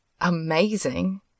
Amazing